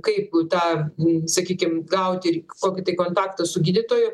kaip tą na sakykim gauti kokį tai kontaktą su gydytoju